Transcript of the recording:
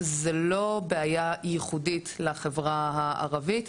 זו לא בעיה שהיא ייחודית לחברה הערבית,